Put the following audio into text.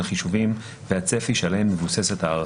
החישובים והצפי שעליהם מבוססת ההערכה.